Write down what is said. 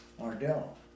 Ardell